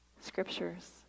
scriptures